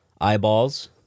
Eyeballs